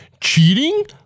cheating